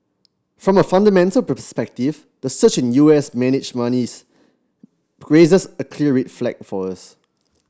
from a fundamental perspective the surge in U S managed raises a clear red flag for us